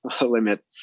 limit